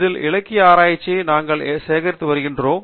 இதில் இலக்கிய ஆராய்ச்சியை நாங்கள் சேகரித்து வருகிறோம்